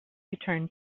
return